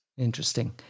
Interesting